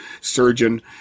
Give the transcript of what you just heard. surgeon